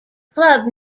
club